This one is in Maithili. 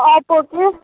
आइ पोर्टमे